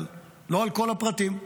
לא על כל הפרטים,